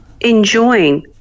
enjoying